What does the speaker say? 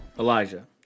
Elijah